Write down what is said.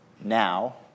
now